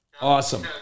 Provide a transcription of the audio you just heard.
Awesome